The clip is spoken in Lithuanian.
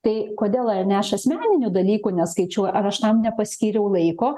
tai kodėl ar ne aš asmeninių dalykų neskaičiuoju ar aš tam nepaskyriau laiko